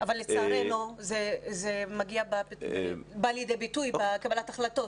אבל לצערנו זה בא לידי ביטוי בקבלת ההחלטות.